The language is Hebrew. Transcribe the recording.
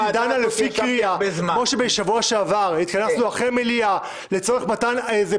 כמו שבשבוע שעבר התכנסנו אחרי המליאה לצורך מתן איזה